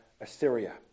Assyria